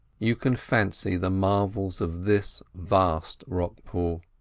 you can fancy the marvels of this vast rock-pool,